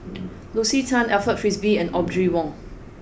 Lucy Tan Alfred Frisby and Audrey Wong